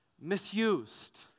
misused